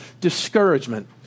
discouragement